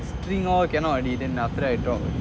the string all cannot already then after that I drop